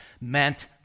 meant